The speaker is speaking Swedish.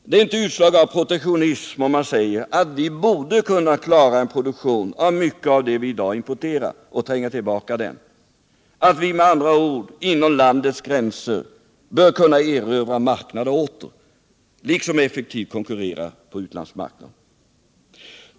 Det är inte något, utslag av protektionism att säga att vi borde kunna åstadkomma en produktion av mycket av vad vi i dag importerar och därmed kunna tränga tillbaka importen. Med andra ord: vi bör inom landets gränser kunna erövra marknader åter, liksom vi bör kunna konkurrera effektivt på utlandsmarknaden.